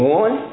one